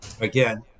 again